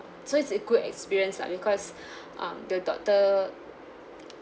so it's a good experience lah because um the doctor